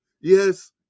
Yes